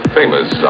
famous